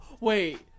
Wait